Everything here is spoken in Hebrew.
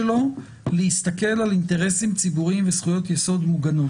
המאסדר להסתכל על אינטרסים ציבוריים וזכויות יסוד מוגנות.